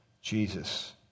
Jesus